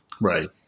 right